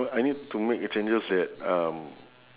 I need to make a changes that um